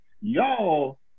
y'all